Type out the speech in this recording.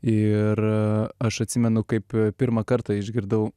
ir aš atsimenu kaip pirmą kartą išgirdau